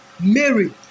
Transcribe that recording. Mary